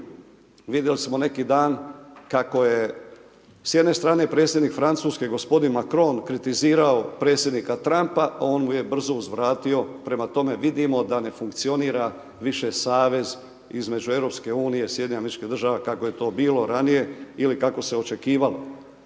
vidjeli smo neki dan kako je s jedne strane predsjednik Francuske g. Macron kritizirao predsjednika Trumpa, on je brzo uzvratio, prema tome vidimo da ne funkcionira više savez između EU-a i SAD-a kako je to bilo ranije ili kako se očekivalo.